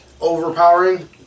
overpowering